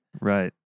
Right